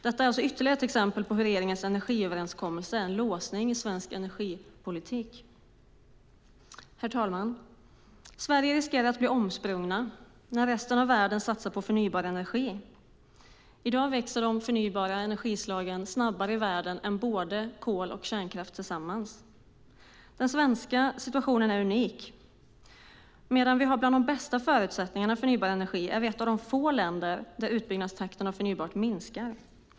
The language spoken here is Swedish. Detta är alltså ytterligare ett exempel på hur regeringens energiöverenskommelse är en låsning i svensk energipolitik. Herr talman! Sverige riskerar att bli omsprunget när resten av världen satsar på förnybar energi. I dag växer de förnybara energislagen snabbare i världen än kol och kärnkraft tillsammans. Den svenska situationen är unik. Medan vi har bland de bästa förutsättningarna för förnybar energi är vi ett av de få länder där utbyggnadstakten av förnybart minskar.